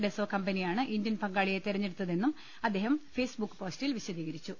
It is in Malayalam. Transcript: ഡെസോ കമ്പനിയാണ് ഇന്ത്യൻ പങ്കാളിയെ തെരഞ്ഞെടുത്തതെന്നും അദ്ദേഹം ഫേസ്ബുക്ക് പോസ്റ്റിൽ വിശ ദീകരിച്ചു